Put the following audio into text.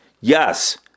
yes